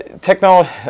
technology